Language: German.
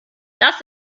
das